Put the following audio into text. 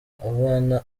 abana